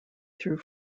through